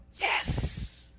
yes